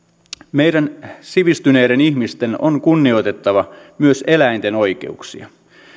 meidän sivistyneiden ihmisten on kunnioitettava myös eläinten oikeuksia